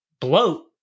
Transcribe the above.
bloat